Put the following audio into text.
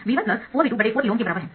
तो V2 V14KΩ यह V14 V2 4 KΩ के बराबर है